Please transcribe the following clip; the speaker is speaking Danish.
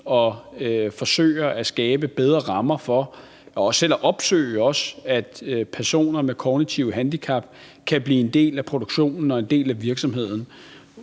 og forsøger at skabe bedre rammer for – og de kan også selv opsøge det – at personer med kroniske handicap kan blive en del af produktionen og en del af virksomheden.